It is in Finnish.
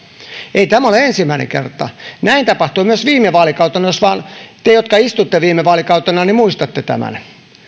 ei tämä ole ensimmäinen kerta näin tapahtui myös viime vaalikautena jos vain te jotka istuitte täällä viime vaalikautena muistatte tämän